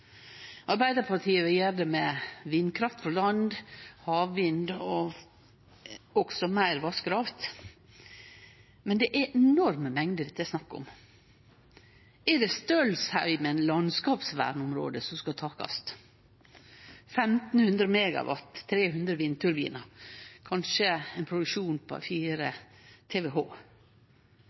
Arbeidarpartiet vil gjere det med vindkraft frå land, havvind og også meir vasskraft, men det er enorme mengder det er snakk om. Er det Stølsheimen landskapsvernområde som skal takkast – 1 500 megawatt, 300 vindturbinar, kanskje ein produksjon på